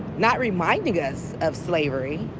not reminding us of slavery.